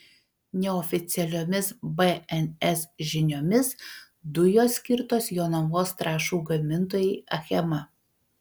neoficialiomis bns žiniomis dujos skirtos jonavos trąšų gamintojai achema